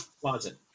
closet